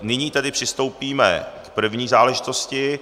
Nyní tedy přistoupíme k první záležitosti.